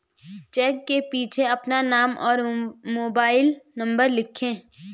check के पीछे अपना नाम और मोबाइल नंबर लिखें